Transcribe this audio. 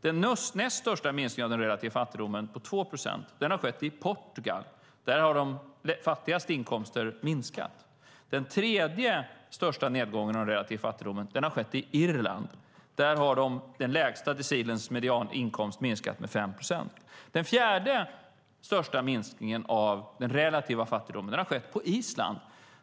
Den näst största minskningen av den relativa fattigdomen, 2 procent, har skett i Portugal. Där har inkomsterna för de fattigaste minskat. Den tredje största nedgången av den relativa fattigdomen har skett i Irland. Där har den lägsta decilens medianinkomst minskat med 5 procent. Den fjärde största minskningen av den relativa fattigdomen har skett på Island.